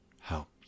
help